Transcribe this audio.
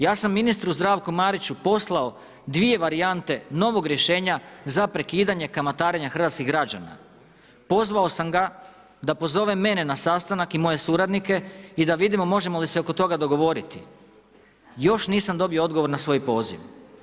Ja sam ministru Zdravku Mariću poslao dvije varijante novog rješenja za prekidanje kamatarenja hrvatskih građana, pozvao sam ga da pozove mene na sastanak i moje suradnike i da vidimo možemo li se oko toga odgovoriti, još nisam dobio odgovor na svoj poziv.